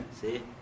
see